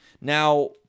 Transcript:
Now